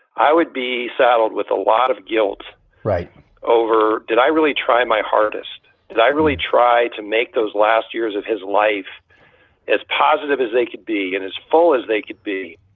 i would be saddled with a lot of guilt right over. did i really try my hardest? did i really try to make those last years of his life as positive as they could be and as full as they could be?